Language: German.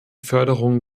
förderung